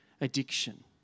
addiction